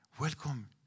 welcome